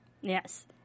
Yes